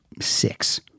six